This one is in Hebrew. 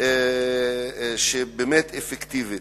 שבאמת אפקטיבית.